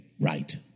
right